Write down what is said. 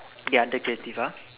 ya under creative ah